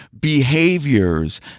behaviors